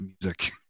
music